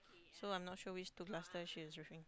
so I'm not sure which to cluster she is referring